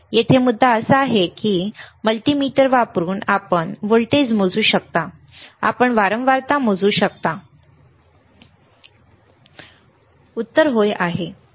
येथे मुद्दा असा आहे की मल्टीमीटर वापरून आपण व्होल्टेज मोजू शकता आपण वारंवारता मोजू शकता उत्तर होय आहे